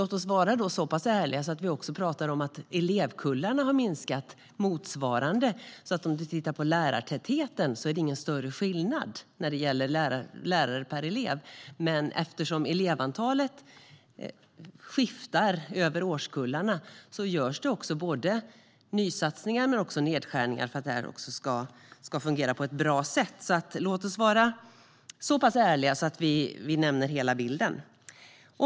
Låt oss då vara så pass ärliga att vi också talar om att elevkullarna har minskat motsvarande. Om du tittar på lärartätheten är det ingen större skillnad för lärare per elev. Eftersom elevantalet skiftar över årskullarna görs det både nysatsningar men också nedskärningar för att det ska fungera på ett bra sätt. Låt oss vara så pass ärliga att vi nämner hela bilden.